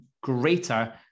greater